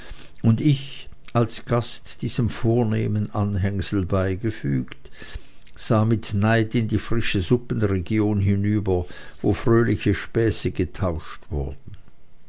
und ich als gast diesem vornehmen anhängsel beigefügt sah mit neid in die frische suppenregion hinüber wo fröhliche späße getauscht wurden